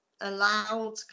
allowed